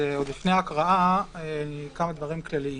עוד לפני ההקראה כמה דברים כלליים.